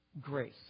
grace